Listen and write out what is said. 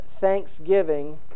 thanksgiving